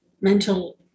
mental